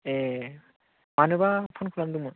ए मानोबा फन खालामदोंमोन